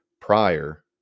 prior